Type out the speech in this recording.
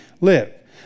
live